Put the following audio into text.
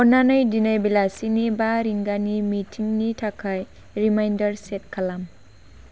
अन्नानै दिनै बेलासिनि बा रिंगानि मिटिंनि थाखाय रिमाइन्डार सेट खालाम